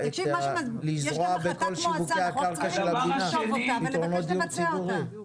לשלב בכל שיווקי הקרקע של המדינה פתרונות לדיור ציבורי.